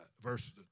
verse